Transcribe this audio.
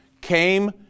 came